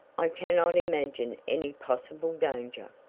i cannot imagine any possible danger.